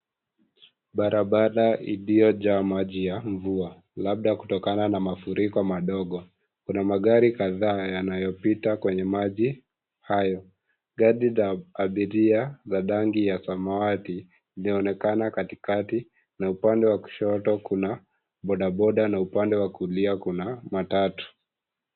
Barabara iliyojaa maji ya mvua labda kutokana na mafuriko madogo. Kuna magari kadhaa yanayopita kwenye maji hayo. Gari za abiria za rangi ya samawati zinaonekana katikati na upande wa kushoto kuna bodaboda na upande wa kulia kuna matatu.